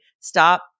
Stop